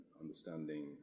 Understanding